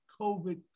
COVID